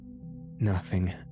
Nothing